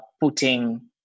putting